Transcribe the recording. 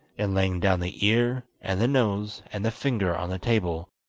and laying down the ear, and the nose, and the finger on the table,